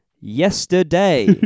Yesterday